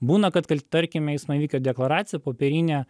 būna kad kal tarkime eismo įvykio deklaraciją popierinę